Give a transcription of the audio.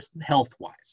health-wise